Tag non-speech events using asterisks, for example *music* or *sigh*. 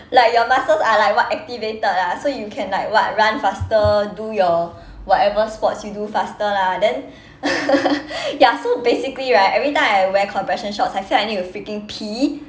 like your muscles are like what activated ah so you can like what run faster do your whatever sports you do faster lah then *laughs* ya so basically right every time I wear compression shorts I feel like I need to freaking pee